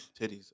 Titties